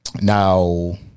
now